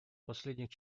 последних